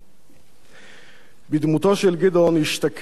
בדמותו של גדעון השתקף הציוני הגאה,